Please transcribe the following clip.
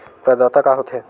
प्रदाता का हो थे?